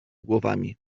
głowami